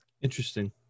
Interesting